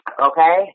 Okay